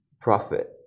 profit